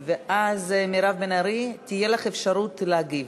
ואז, מירב בן ארי, תהיה לך אפשרות להגיב.